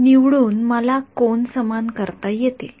निवडून मला कोन समान करता येतील